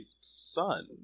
son